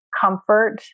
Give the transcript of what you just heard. comfort